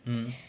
mmhmm